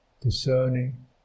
discerning